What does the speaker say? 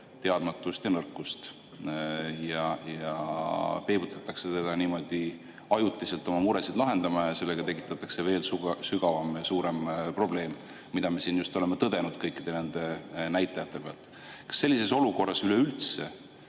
teadmatust ja nõrkust, peibutatakse teda niimoodi ajutiselt oma muresid lahendama ja sellega tekitatakse veel sügavam ja suurem probleem, mida me siin just oleme tõdenud kõikide nende näitajate pealt. Kas sellises olukorras üleüldse